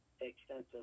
extensive